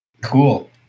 Cool